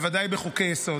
בוודאי בחוקי-יסוד,